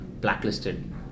blacklisted